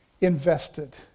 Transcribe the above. invested